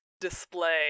display